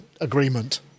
agreement